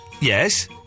Yes